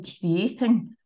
creating